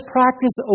practice